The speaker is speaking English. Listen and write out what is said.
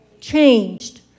Changed